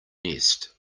nest